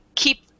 keep